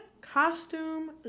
costume